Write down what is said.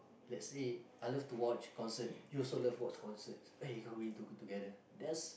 let's say I love to watch concert you also love watch concerts eh can't wait to go together that's